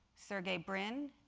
sergey brin,